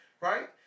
right